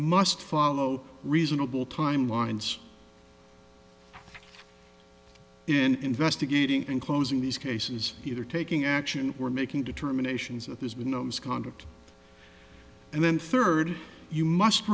must follow reasonable timelines in investigating and closing these cases either taking action we're making determinations that there's been no misconduct and then third you must